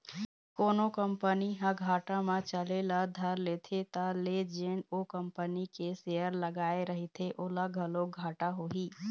कोनो कंपनी ह घाटा म चले ल धर लेथे त ले जेन ओ कंपनी के सेयर लगाए रहिथे ओला घलोक घाटा होही